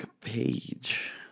page